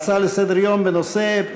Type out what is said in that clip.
נעבור להצעות לסדר-היום בנושא: